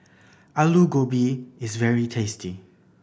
Alu Gobi is very tasty